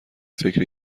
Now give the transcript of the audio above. فکر